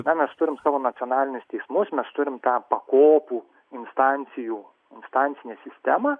va mes turim savo nacionalinius teismus mes turim tą pakopų instancijų instancinę sistemą